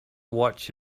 watch